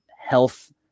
health